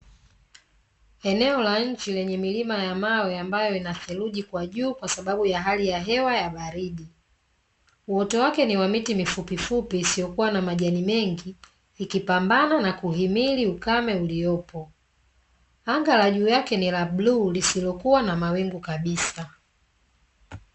Eneo la nchi lenye milima ya mawe ambayo ina theluji kwa juu kwasababu ya hali ya hewa ya baridi. Uoto wake ni wa miti mifupi fupi isiyokuwa na majani mengi, ikipambana na kuhimili ukame uliyopo. Anga la juu yake ni la bluu lisilokuwa na mawingu kabisa.